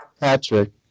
Patrick